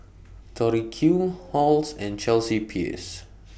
Tori Q Halls and Chelsea Peers